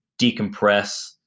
decompress